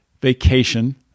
vacation